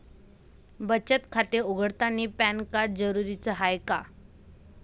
बचत खाते उघडतानी पॅन कार्ड जरुरीच हाय का?